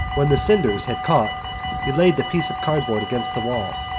when the cinders had caught he laid the piece of cardboard against the wall,